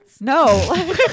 no